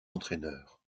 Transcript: entraineur